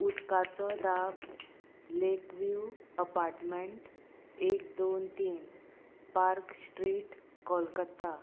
उदकाचो दाब lake view apartment एक दोन तीन पार्क स्ट्रीट कोलकत्ता